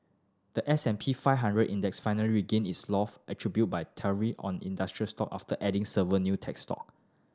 the S and P five hundred Index finally regained its attributed by tariff on industrial stock after adding several new tech stock